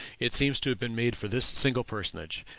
it seems to have been made for this single personage,